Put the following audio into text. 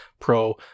pro